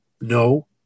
No